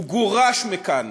הוא גורש מכאן